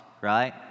right